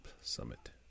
summit